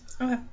Okay